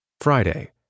Friday